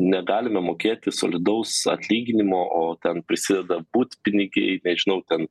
negalime mokėti solidaus atlyginimo o ten prisideda butpinigiai nežinau ten